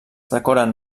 decoren